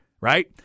right